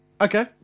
Okay